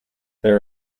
there